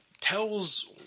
tells